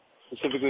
specifically